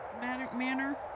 manner